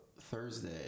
Thursday